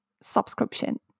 subscription